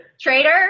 trader